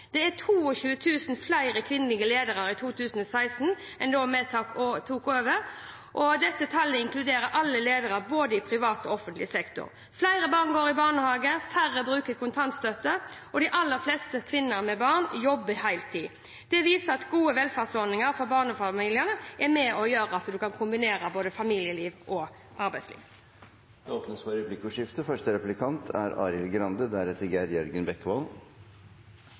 Det er 22 000 flere kvinnelige ledere i 2016 enn da vi tok over, og dette tallet inkluderer alle ledere, både i privat og offentlig sektor. Flere barn går i barnehage, færre bruker kontantstøtte, og de aller fleste kvinner med barn jobber heltid. Det viser at gode velferdsordninger for barnefamiliene er med på å gjøre at en kan kombinere familieliv og arbeidsliv. Det blir replikkordskifte.